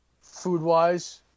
food-wise